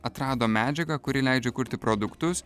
atrado medžiagą kuri leidžia kurti produktus